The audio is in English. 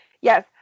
yes